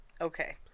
Okay